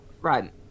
right